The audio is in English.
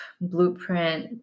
blueprint